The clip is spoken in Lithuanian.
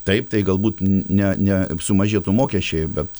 taip tai galbūt ne ne sumažėtų mokesčiai bet